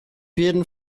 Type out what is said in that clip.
jeden